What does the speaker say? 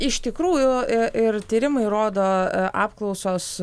iš tikrųjų ir tyrimai rodo apklausos